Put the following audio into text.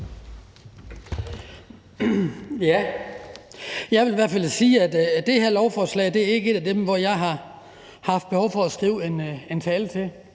Jeg vil sige, at det her lovforslag ikke er et af dem, hvor jeg har haft behov for at skrive en tale.